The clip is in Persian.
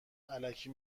الکی